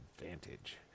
advantage